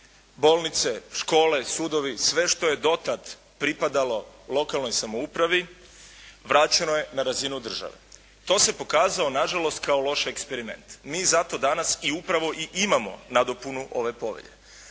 bolnice, škole, sudovi, sve što je do tada pripadalo lokalnoj samoupravi vraćeno je na razinu države. To se pokazalo nažalost kao loš eksperiment. Mi zato danas i upravo i imamo nadopunu ove povelje,